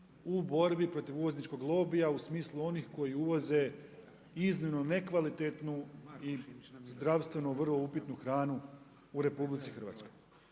u borbi protiv uvozničkog lobija u smislu onih koji uvoze iznimno nekvalitetnu i zdravstveno vrlo upitnu hranu u RH. Propisi